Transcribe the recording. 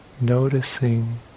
noticing